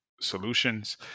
solutions